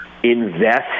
invest